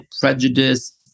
prejudice